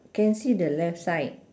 can see the left side